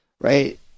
right